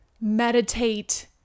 meditate